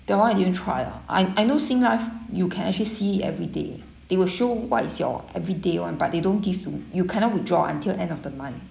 that one I didn't try lah I I know Singlife you can actually see everyday they will show what is your everyday [one] but they don't give to you cannot withdraw until end of the month